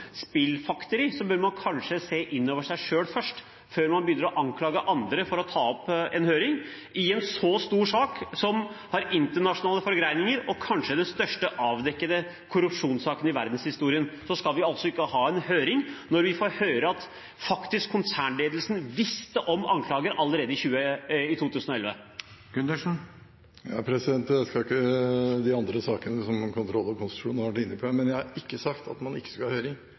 siktelse. Så hvis man først skal snakke om spillfekteri, bør man kanskje se innover i seg selv først, før man begynner å anklage andre for å ta opp en høring. I en så stor sak, som har internasjonale forgreninger og kanskje er den største avdekkede korrupsjonssaken i verdenshistorien, skal vi altså ikke ha en høring, når vi får høre at konsernledelsen faktisk visste om anklager allerede i 2011. Jeg skal ikke snakke om de andre sakene som kontroll- og konstitusjonskomiteen har vært inne på her, men jeg har ikke sagt at man ikke skal ha høring.